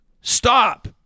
stop